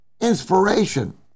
inspiration